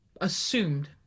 assumed